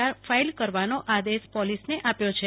R file કરવાનો આદેશ પોલીસને આપ્યા છે